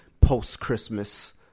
post-Christmas